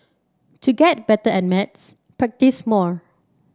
to get better at maths practise more